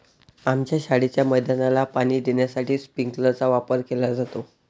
आमच्या शाळेच्या मैदानाला पाणी देण्यासाठी स्प्रिंकलर चा वापर केला जातो